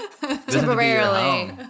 Temporarily